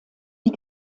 die